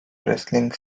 wrestling